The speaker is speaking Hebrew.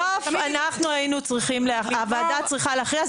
בסוף הוועדה הייתה צריכה להכריע,